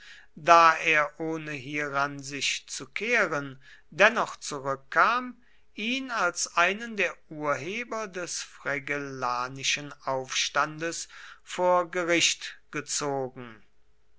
da er ohne hieran sich zu kehren dennoch zurückkam ihn als einen der urheber des fregellanischen aufstandes vor gericht gezogen